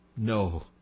No